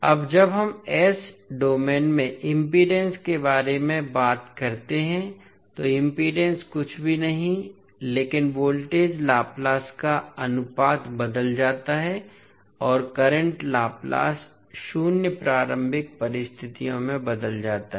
अब जब हम s डोमेन में इम्पीडेन्स के बारे में बात करते हैं तो इम्पीडेन्स कुछ भी नहीं लेकिन वोल्टेज लाप्लास का अनुपात बदल जाता है और करंट लाप्लास शून्य प्रारंभिक परिस्थितियों में बदल जाता है